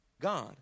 God